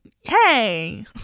hey